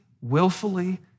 willfully